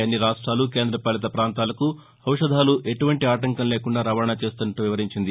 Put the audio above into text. అన్ని రాష్టాలు కేంద్ర పాలిత ప్రాంతాలకు ఔషధాలు ఎటువంటి ఆటంకం లేకుండా రవాణా చేస్తున్నట్లు వివరించింది